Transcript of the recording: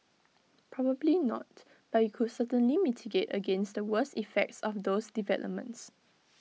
probably not but IT could certainly mitigate against the worst effects of those developments